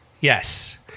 Yes